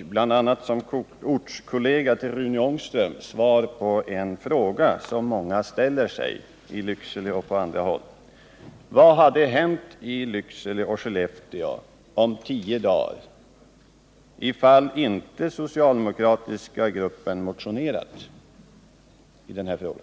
bl.a. ortskollega till Rune Ångström saknar jag dock svar på en fråga som många i Lycksele och på andra håll ställer sig: Vad hade hänt i Lycksele och Skellefteå om tio dagar, ifall inte den socialdemokratiska gruppen motionerat i det här ärendet?